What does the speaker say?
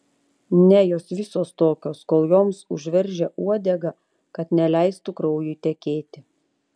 ne jos visos tokios kol joms užveržia uodegą kad neleistų kraujui tekėti